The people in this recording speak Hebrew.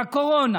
בקורונה